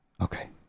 okay